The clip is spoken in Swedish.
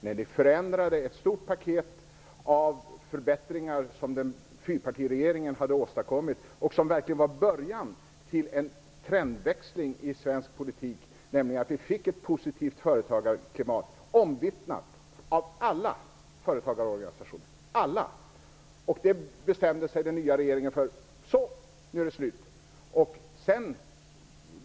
Ni förändrade ett stort paket med förbättringar som fyrpartiregeringen hade åstadkommit och som verkligen var början till en trendväxling i svensk politik, nämligen att vi fick ett positivt företagarklimat omvittnat av alla företagarorganisationer. Den nya regeringen bestämde sig för att det var slut med det.